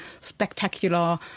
spectacular